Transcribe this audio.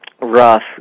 rough